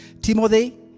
Timothy